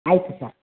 ಆಯಿತು ಸರ್